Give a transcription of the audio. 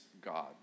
God